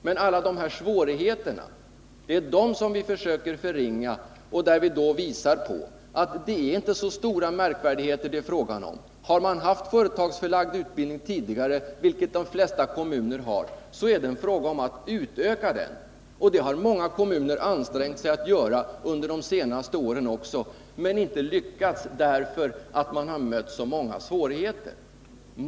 Men det är således alla dessa svårigheter som vi försöker förringa när vi pekar på att det inte är så stora märkvärdigheter det är fråga om. Har man haft företagsförlagd utbildning tidigare, vilket de flesta kommuner har, är det en fråga om att utöka denna, och det har många kommuner ansträngt sig att göra under de senaste åren också, men inte lyckats därför att de har mött så många svårigheter.